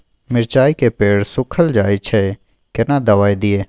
मिर्चाय के पेड़ सुखल जाय छै केना दवाई दियै?